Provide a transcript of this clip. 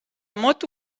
moto